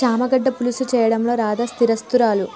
చామ గడ్డల పులుసు చేయడంలో రాధా సిద్దహస్తురాలు